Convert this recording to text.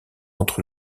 entre